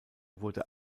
wurde